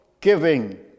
giving